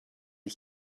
ich